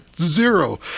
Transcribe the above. Zero